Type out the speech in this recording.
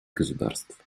государств